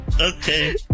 okay